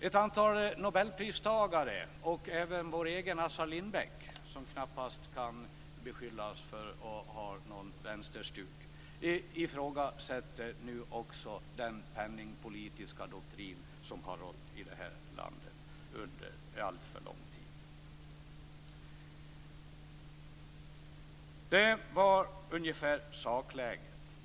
Ett antal nobelpristagare, och även vår egen Assar Lindbäck som knappast kan beskyllas för att ha något vänsterstuk, ifrågasätter nu den penningpolitiska doktrin som rått i det här landet under en alltför lång tid. Det var ungefär sakläget.